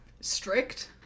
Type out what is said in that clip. strict